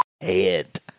head